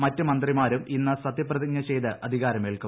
മറ്റ് മന്ത്രിമാരും ഇന്ന് സത്യപ്രതിജ്ഞ ചെയ്ത് അധികാരമേൽക്കും